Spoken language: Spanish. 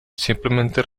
simplemente